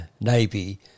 Navy